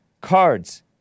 cards